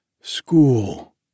School